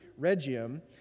Regium